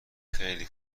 خیلی